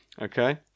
Okay